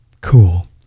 cool